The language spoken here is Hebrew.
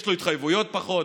יש לו התחייבויות פחות?